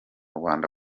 rwanda